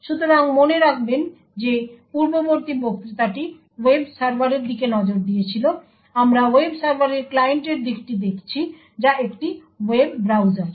সুতরাং মনে রাখবেন যে পূর্ববর্তী বক্তৃতাটি ওয়েব সার্ভারের দিকে নজর দিয়েছিল আমরা ওয়েব সার্ভারের ক্লায়েন্টের দিকটি দেখছি যা একটি ওয়েব ব্রাউজার